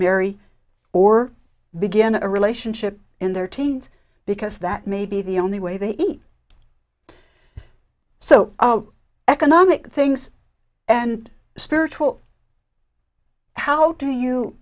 marry or begin a relationship in their teens because that may be the only way they eat so economic things and spiritual how do you